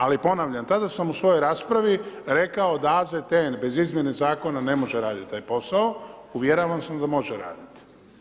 Ali ponavljam, tada sam u svojoj raspravi rekao da AZTN bez izmjene zakona ne može raditi taj posao, uvjeravan sam da može raditi.